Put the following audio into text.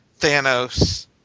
Thanos